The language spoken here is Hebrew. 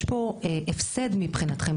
יש פה הפסד מבחינתכם,